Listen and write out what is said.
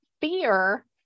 fear